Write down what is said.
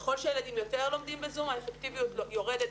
ככל שהילדים יותר לומדים ב-זום, האפקטיביות יורדת.